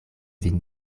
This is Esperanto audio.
vin